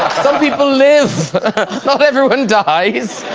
some people live not everyone dies.